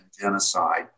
genocide